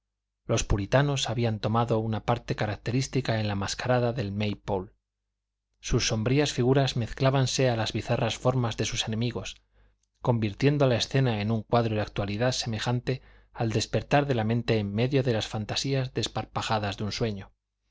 los puritanos habían tomado una parte característica en la mascarada del may pole sus sombrías figuras mezclábanse a las bizarras formas de sus enemigos convirtiendo la escena en un cuadro de actualidad semejante al despertar de la mente en medio de las fantasías desparpajadas de un sueño